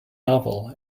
novel